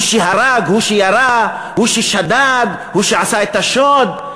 הוא שהרג, הוא שירה, הוא ששדד, הוא שעשה את השוד.